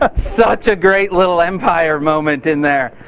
ah such a great little empire moment in there.